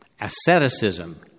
asceticism